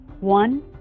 one